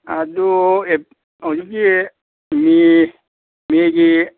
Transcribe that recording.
ꯑꯗꯨ ꯍꯧꯖꯤꯛꯀꯤ ꯃꯤ ꯃꯦꯒꯤ